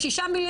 יש 6 מיליון,